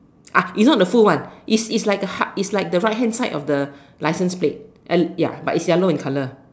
ah it's not the full one it's it's like a ha~ it's like the right hand side of the licence plate uh ya but it's yellow in colour